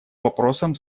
вопросам